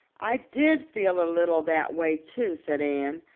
i did feel a little that way, too, said anne.